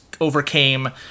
overcame